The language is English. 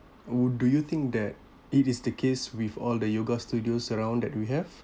would do you think that it is the case with all the yoga studios around that we have